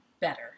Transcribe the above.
better